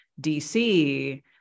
DC